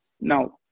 Now